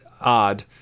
Odd